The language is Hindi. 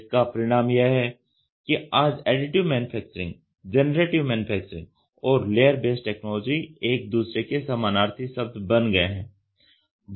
इसका परिणाम यह है कि आज एडिटिव मैन्युफैक्चरिंग जेनरेटिव मैन्युफैक्चरिंग और लेयर बेस्ड टेक्नोलॉजी एक दूसरे के समानार्थी शब्द बन गए हैं